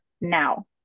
now